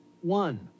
One